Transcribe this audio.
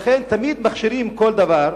לכן תמיד מכשירים כל דבר,